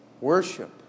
Worship